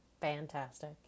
fantastic